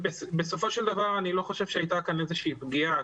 בסופו של דבר אני לא חושב שהייתה כאן איזושהי פגיעה.